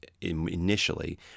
initially